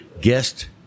guest